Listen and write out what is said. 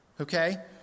Okay